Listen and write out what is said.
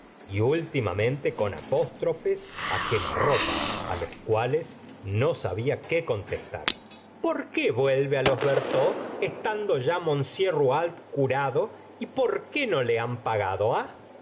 y últimamente con apóstrofes quema ropa los cuales no sabia qué contestar por qué vuelve los bertaux estando ya m rouault curado y por qué no le han pagado ah